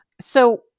So-